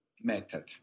method